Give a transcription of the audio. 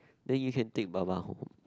then you can take baba home